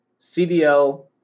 CDL